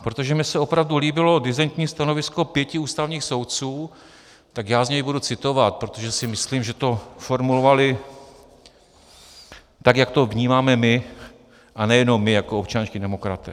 Protože se mi opravdu líbilo disentní stanovisko pěti ústavních soudců, tak z něj budu citovat, protože si myslím, že to formulovali, jak to vnímáme my, a nejenom my, jako občanští demokraté.